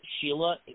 Sheila